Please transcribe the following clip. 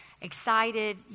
excited